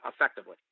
effectively